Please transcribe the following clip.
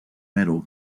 medal